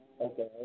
Okay